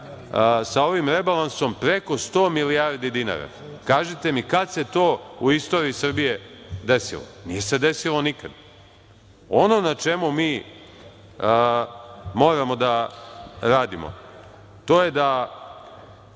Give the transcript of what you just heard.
sa ovim rebalansom preko 100 milijardi dinara. Kažite mi kada se to u istoriji Srbije desilo? Nije se desilo nikad. Ono na čemu mi moramo da radimo to je da,